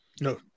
No